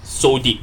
so deep